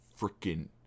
freaking